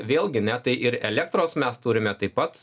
vėlgi ne tai ir elektros mes turime taip pat